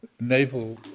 naval